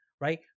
right